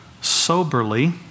soberly